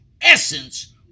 essence